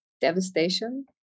devastation